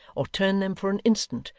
or turn them, for an instant,